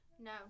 No